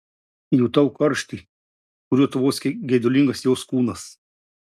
jutau karštį kuriuo tvoskė geidulingas jos kūnas